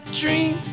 dream